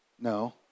No